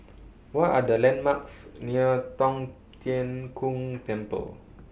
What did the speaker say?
What Are The landmarks near Tong Tien Kung Temple